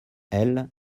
elles